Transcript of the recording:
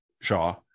Shaw